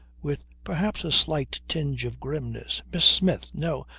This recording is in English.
with perhaps a slight tinge of grimness. miss smith! no.